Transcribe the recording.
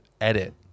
edit